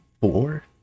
four